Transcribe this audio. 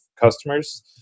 customers